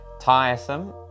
tiresome